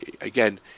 Again